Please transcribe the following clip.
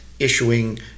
Issuing